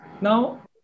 Now